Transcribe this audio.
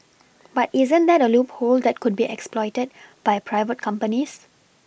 but isn't that a loophole that could be exploited by private companies